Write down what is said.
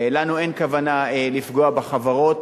לנו אין כוונה לפגוע בחברות,